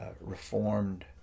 reformed